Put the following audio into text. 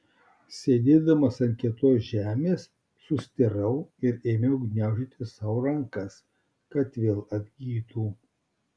sėdėdamas ant kietos žemės sustirau ir ėmiau gniaužyti sau rankas kad vėl atgytų